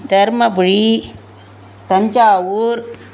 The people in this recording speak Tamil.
தர்மபுரி தஞ்சாவூர்